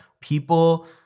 people